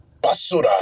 Basura